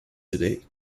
today